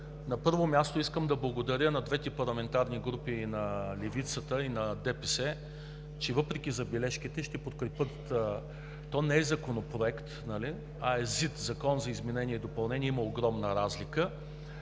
На първо място, искам да благодаря на двете парламентарни групи – и левицата, и ДПС, че въпреки забележките, ще го подкрепят. Това не е Законопроект, а е ЗИД – Закон за изменение и допълнение, и има огромна разлика,